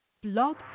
Blog